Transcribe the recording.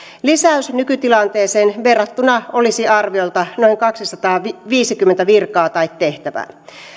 lisäys nykytilanteeseen verrattuna olisi arviolta noin kaksisataaviisikymmentä virkaa tai tehtävää